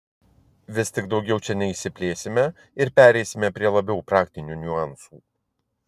vis tik daugiau čia neišsiplėsime ir pereisime prie labiau praktinių niuansų